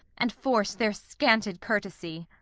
and force their scanted courtesy.